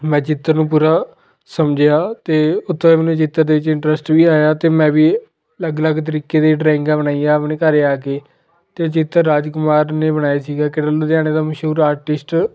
ਮੈਂ ਚਿੱਤਰ ਨੂੰ ਪੂਰਾ ਸਮਝਿਆ ਅਤੇ ਉੱਥੇ ਮੈਨੂੰ ਚਿੱਤਰ ਦੇ ਵਿੱਚ ਇੰਟਰਸਟ ਵੀ ਆਇਆ ਅਤੇ ਮੈਂ ਵੀ ਅਲੱਗ ਅਲੱਗ ਤਰੀਕੇ ਦੇ ਡਰਾਇੰਗਾਂ ਬਣਾਈਆਂ ਆਪਣੇ ਘਰ ਆ ਕੇ ਅਤੇ ਚਿੱਤਰ ਰਾਜਕੁਮਾਰ ਨੇ ਬਣਾਏ ਸੀਗਾ ਕਿਰਨ ਲੁਧਿਆਣੇ ਦਾ ਮਸ਼ਹੂਰ ਆਰਟਿਸਟ